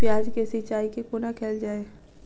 प्याज केँ सिचाई कोना कैल जाए?